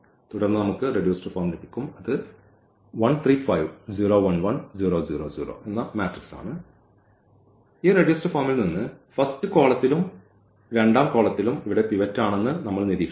തുടർന്ന് നമുക്ക് ഈ റെഡ്യൂസ്ഡ് ഫോം ലഭിക്കും ഈ റെഡ്യൂസ്ഡ് ഫോമിൽ നിന്ന് ഫസ്റ്റ് കോളത്തിലും രണ്ടാം കോളത്തിലും ഇവിടെ പിവറ്റ് ആണെന്ന് നമ്മൾ നിരീക്ഷിക്കും